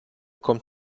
kommt